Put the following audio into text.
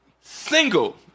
single